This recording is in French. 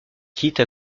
quitte